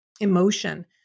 emotion